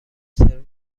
سرو